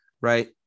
Right